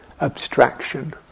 abstraction